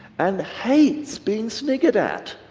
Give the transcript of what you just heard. and hates being sniggered at,